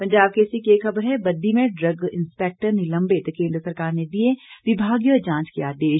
पंजाब केसरी की एक खबर है बद्दी में ड्रग इंस्पैक्टर निलंबित केंद्र सरकार ने दिए विभागीय जांच के आदेश